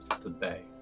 today